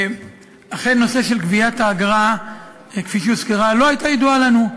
אכן הנושא של גביית האגרה כפי שהוזכרה לא היה ידוע לנו,